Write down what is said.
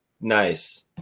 Nice